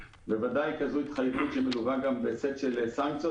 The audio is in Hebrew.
בוודאי כזו התחייבות שמלווה גם בסט של סנקציות,